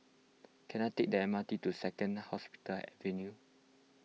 can I take the M R T to Second Hospital Avenue